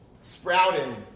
sprouting